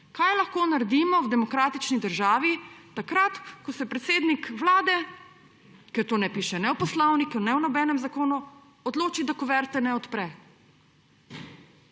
kaj lahko naredimo v demokratični državi takrat, ko se predsednik vlade, ker to ne piše ne v poslovniku, ne v nobenem zakonu, odloči, da kuverte ne odpre.